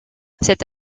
cette